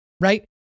right